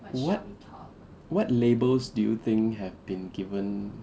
what what labels do you think have been given